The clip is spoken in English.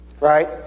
Right